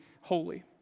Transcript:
holy